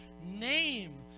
name